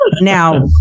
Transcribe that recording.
Now